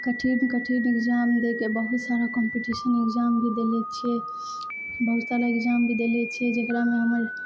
कठिन कठिन एग्जाम दै के बहुत सारा कॉम्पीटिशन एग्जाम भी दए लए छियै बहुत सारा एग्जाम भी दएले छियै जेकरामे हमर